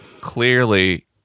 Clearly